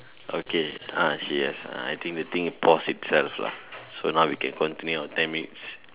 okay ah yes uh I think the thing pause itself lah so now we can continue our ten minutes